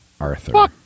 Arthur